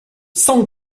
sans